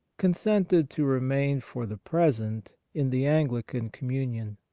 consented to remain for the present in the anglican communion.